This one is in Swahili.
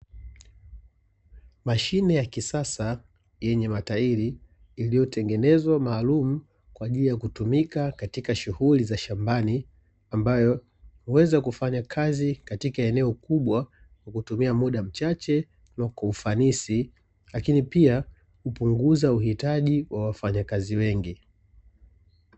Mashine ya kisasa yenye matairi iliyotengenezwa maalumu kwa ajili ya kutumika katika shughuli za shambani, ambayo huweza kufanya kazi katika eneo kubwa kwa kutumia muda mchache na kwa ufanisi, lakini pia hupunguza uhitaji wa wafanyakaza wengi.